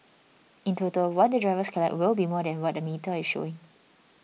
in total what the drivers collect will be more than what the metre is showing